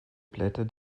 blätter